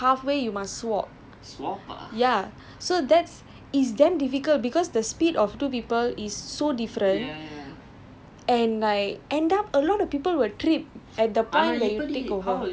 and the other one run behind ya and give resistance and then halfway you must swap ya so that's is damn difficult because the speed of two people is so different